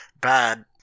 bad